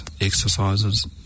exercises